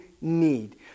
need